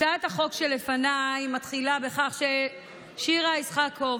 הצעת החוק שלפניי מתחילה בכך ששירה איסקוב,